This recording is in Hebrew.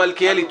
מלכיאלי,